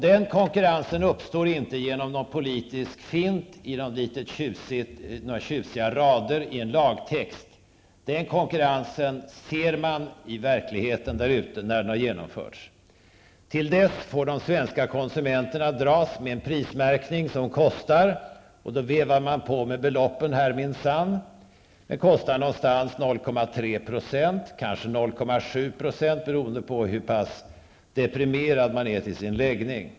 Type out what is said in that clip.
Den konkurrensen uppstår inte genom någon politisk fint, några tjusiga rader i en lagtext, utan den konkurrensen ser man i verkligheten där ute när den har genomförts. Till dess får de svenska konsumenterna dras med en prismärkning som kostar, och man vevar på med beloppen här, minsann. Den kostar någonstans kring 0,3 %, kanske 0,7 %, beroende på hur pass deprimerad man är till sin läggning.